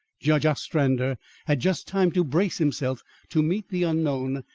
judge ostrander had just time to brace himself to meet the unknown,